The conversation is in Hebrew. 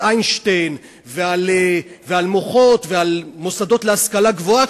איינשטיין ועל מוחות ועל מוסדות להשכלה גבוהה,